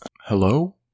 Hello